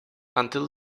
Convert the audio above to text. until